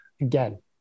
again